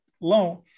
loan